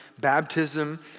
baptism